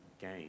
gain